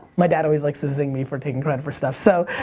my dad always likes to zing me for taking credit for stuff. so